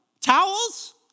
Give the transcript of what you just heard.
Towels